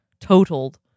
totaled